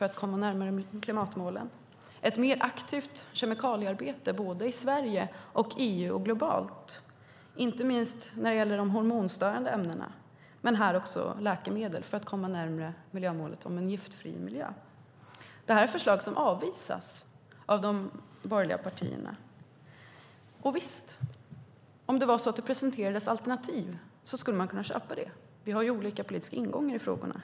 Det handlar också om ett mer aktivt kemikaliearbete i Sverige, i EU och globalt, inte minst när det gäller hormonstörande ämnen men även läkemedel, för att komma närmare miljömålet Giftfri miljö. Det är förslag som avvisas av de borgerliga partierna. Om det presenterades alternativ skulle man kunna köpa det; vi har ju olika politiska ingångar i frågorna.